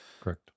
Correct